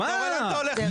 אתה רואה לאן אתה הולך?